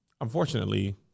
unfortunately